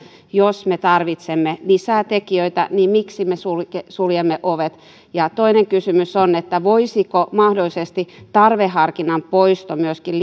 jos me tarvitsemme lisää tekijöitä niin miksi me suljemme suljemme ovet ja toinen kysymys on voisiko mahdollisesti tarveharkinnan poisto myöskin